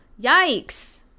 Yikes